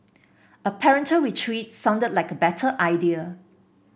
a parental retreat sounded like a better idea